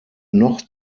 noch